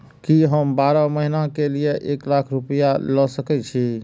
की हम बारह महीना के लिए एक लाख रूपया ले सके छी?